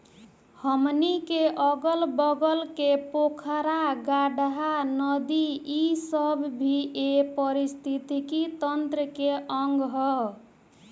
हमनी के अगल बगल के पोखरा, गाड़हा, नदी इ सब भी ए पारिस्थिथितिकी तंत्र के अंग ह